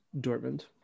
Dortmund